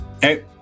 Hey